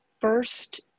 first